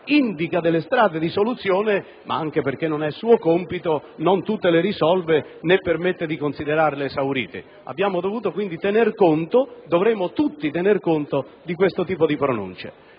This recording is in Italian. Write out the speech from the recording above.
indica delle strade di soluzione ma - anche perché non è suo compito - non tutte le risolve né permette di considerarle esaurite. Abbiamo quindi dovuto tenere conto - tutti dovremmo tenere conto - di questo tipo di pronunce.